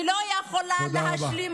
אני לא יכולה להשלים,